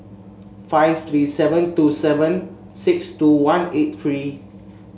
five three seven two seven six two one eight three